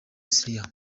syria